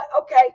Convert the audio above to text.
okay